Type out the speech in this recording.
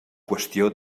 qüestió